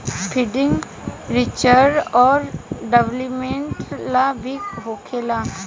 funding research औरी development ला भी होखेला